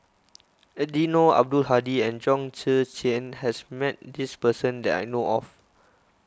Eddino Abdul Hadi and Chong Tze Chien has met this person that I know of